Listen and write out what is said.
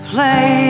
Play